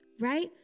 Right